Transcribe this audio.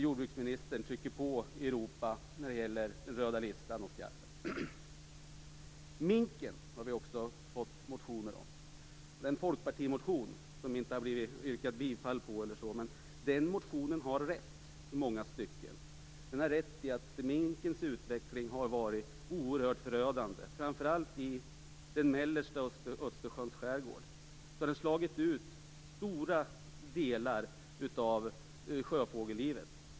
Jordbruksministern trycker på i Europa när det gäller den röda listan och skarven. Det har också väckts motioner om minken. Det finns en folkpartimotion - som det inte har yrkats bifall till - och den är rätt i många stycken. Det är rätt att minkens utveckling har varit förödande, framför allt i den mellersta av Östersjöns skärgårdar. Minken har slagit ut stora delar av sjöfågellivet.